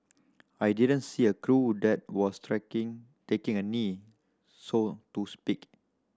I didn't see a crew that was taking a knee so to speak